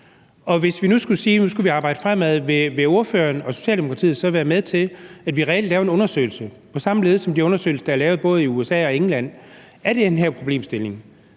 sige, at nu kigger vi fremad. Vil ordføreren og Socialdemokratiet så være med til, at vi reelt laver en undersøgelse, på samme måde som de undersøgelser, der er lavet i både USA og England, af den her problemstilling,